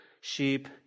sheep